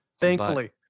Thankfully